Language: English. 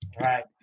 right